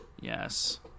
Yes